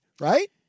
right